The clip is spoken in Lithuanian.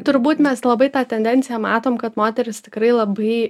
turbūt mes labai tą tendenciją matom kad moterys tikrai labai